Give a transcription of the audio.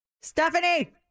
Stephanie